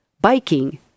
biking